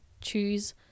choose